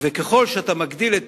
ככל שאתה מעלה את